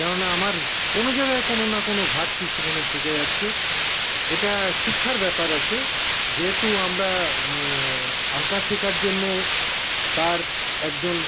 কেননা আমার কোনো জায়গায় কোনো না কোনো ঘাটতি সেখানে থেকে যাচ্ছে এটা শিক্ষার ব্যাপার আছে যেহেতু আমরা আঁকা শেখার জন্য তার একজন